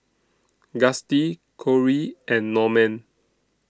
Gustie Corie and Norman